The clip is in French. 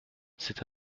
c’est